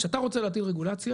כשאתה רוצה להטיל רגולציה,